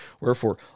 Wherefore